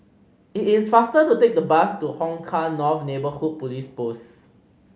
it is faster to take the bus to Hong Kah North Neighbourhood Police Post